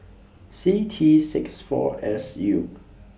C T six four S U